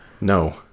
No